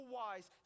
wise